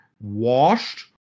washed